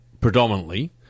predominantly